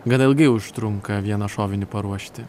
gan ilgai užtrunka vieną šovinį paruošti